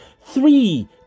three